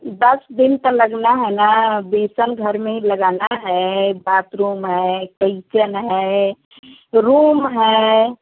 दस दिन तो लगना है ना बिसन घर में ही लगाना है बाथरूम है किचेन है रूम है